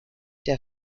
der